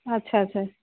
ଆଚ୍ଛା ଆଚ୍ଛା